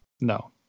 No